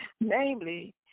namely